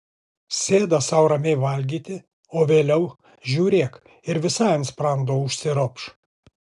sėda sau ramiai valgyti o vėliau žiūrėk ir visai ant sprando užsiropš